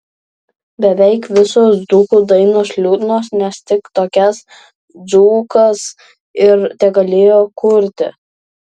beveik visos dzūkų dainos liūdnos nes tik tokias dzūkas ir tegalėjo kurti